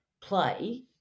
play